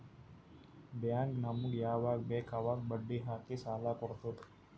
bank ನಮುಗ್ ಯವಾಗ್ ಬೇಕ್ ಅವಾಗ್ ಬಡ್ಡಿ ಹಾಕಿ ಸಾಲ ಕೊಡ್ತುದ್